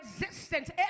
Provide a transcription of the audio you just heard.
existence